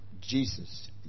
Jesus